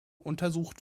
untersucht